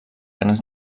grans